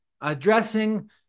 addressing